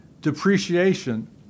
Depreciation